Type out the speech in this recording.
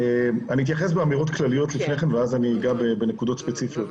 אתייחס באמירות כלליות לפני כן ואז אני אגע בנקודות ספציפיות.